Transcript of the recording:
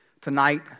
Tonight